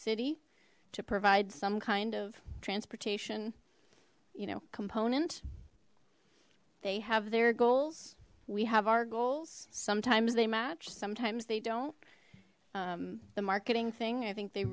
city to provide some kind of transportation you know component they have their goals we have our goals sometimes they match sometimes they don't the marketing thing i think they